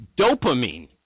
Dopamine